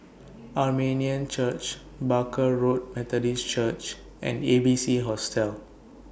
Armenian Church Barker Road Methodist Church and A B C Hostel